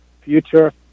future